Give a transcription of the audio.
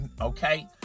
okay